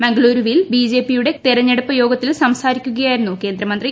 മംഗലുരൂവിൽ ബിജെപിയുടെ തെരഞ്ഞെടുപ്പ് യോഗത്തിൽ സംസാരിക്കുകയായിരുന്നു കേന്ദ്രമന്ത്രി